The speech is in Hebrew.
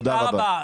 תודה רבה.